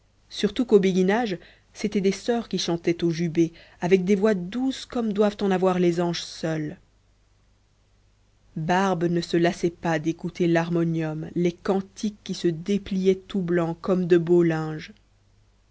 surtout qu'au béguinage c'étaient des soeurs qui chantaient au jubé avec des voix douces comme doivent en avoir les anges seuls barbe ne se lassait pas d'écouter l'harmonium les cantiques qui se dépliaient tout blancs comme de beaux linges